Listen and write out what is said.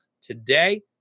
today